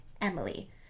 Emily